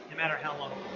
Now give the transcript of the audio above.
yeah matter how long.